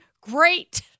great